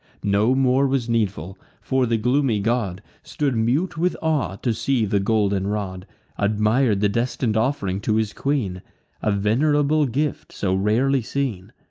no more was needful for the gloomy god stood mute with awe, to see the golden rod admir'd the destin'd off'ring to his queen a venerable gift, so rarely seen.